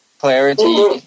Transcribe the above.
clarity